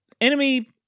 enemy